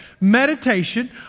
Meditation